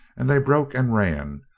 and they broke and ran,